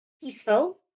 peaceful